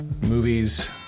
movies